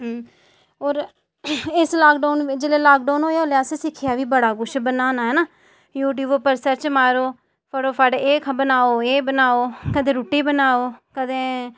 और उस लॉकडाउन बिच जेल्ले लॉकडाउन होएआ उल्लै असें दिक्खेआ बी बड़ा कुछ बनाना हैना यू टयूब सर्च मारे फटोफट एह् बनाओ एह् बनाओ कदें रूट्टी बनाओ कदें